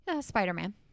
spider-man